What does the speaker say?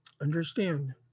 understand